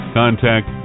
contact